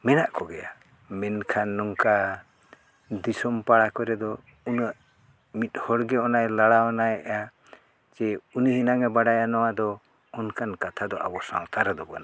ᱢᱮᱱᱟᱜ ᱠᱚᱜᱮᱭᱟ ᱢᱮᱱᱠᱷᱟᱱ ᱱᱚᱝᱠᱟ ᱫᱤᱥᱚᱢ ᱯᱟᱲᱟ ᱠᱚᱨᱮ ᱫᱚ ᱩᱱᱟᱹᱜ ᱢᱤᱫ ᱦᱚᱲ ᱜᱮ ᱚᱱᱟᱭ ᱞᱟᱲᱟᱣᱱᱟᱭᱮᱫᱼᱟ ᱡᱮ ᱩᱱᱤ ᱮᱱᱟᱝᱮ ᱵᱟᱰᱟᱭᱟ ᱱᱚᱣᱟ ᱫᱚ ᱚᱱᱠᱟᱱ ᱠᱟᱛᱷᱟ ᱫᱚ ᱟᱵᱚ ᱥᱟᱶᱛᱟ ᱨᱮᱫᱚ ᱵᱟᱹᱱᱩᱜᱼᱟ